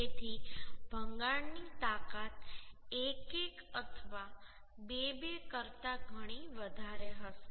તેથી ભંગાણ ની તાકાત 1 1 અથવા 2 2 કરતા ઘણી વધારે હશે